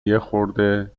یخورده